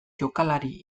jokalari